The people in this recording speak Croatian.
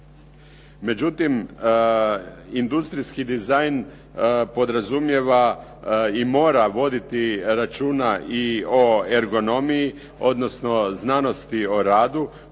Međutim, industrijski dizajn podrazumijeva i mora voditi računa i o ergonomiji, odnosno znanosti o radu